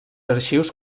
arxius